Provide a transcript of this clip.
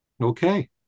Okay